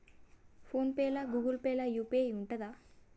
Phone pay లా Google Pay లా UPI ఉంటదా?